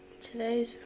Today's